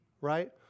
right